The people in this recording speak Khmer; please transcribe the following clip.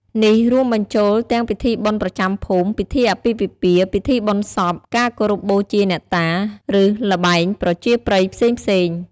នេះរួមបញ្ចូលទាំងពិធីបុណ្យប្រចាំភូមិ ពិធីអាពាហ៍ពិពាហ៍ ពិធីបុណ្យសព ការគោរពបូជាអ្នកតា ឬល្បែងប្រជាប្រិយផ្សេងៗ។